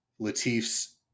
Latif's